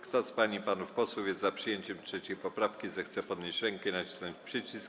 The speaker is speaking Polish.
Kto z pań i panów posłów jest za przyjęciem 3. poprawki, zechce podnieść rękę i nacisnąć przycisk.